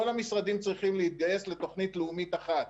כל המשרדים צריכים להתגייס לתוכנית לאומית אחת.